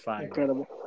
Incredible